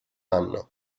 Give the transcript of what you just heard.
anno